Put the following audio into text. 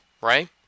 Right